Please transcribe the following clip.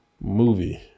Movie